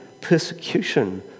persecution